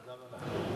גם אנחנו.